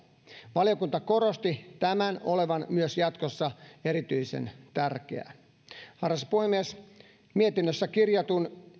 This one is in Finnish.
valiokunta korosti tämän olevan myös jatkossa erityisen tärkeää arvoisa puhemies mietinnössä kirjatuin